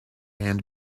hand